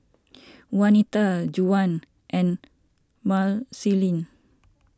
Wanita Juwan and Marceline